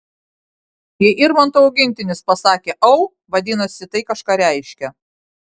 jei irmanto augintinis pasakė au vadinasi tai kažką reiškia